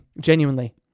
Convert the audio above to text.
genuinely